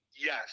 Yes